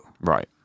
Right